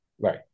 Right